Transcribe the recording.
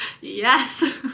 Yes